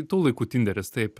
tų laikų tinderis taip